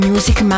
Music